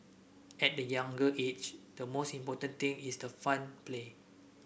at the younger age the most important thing is the fun play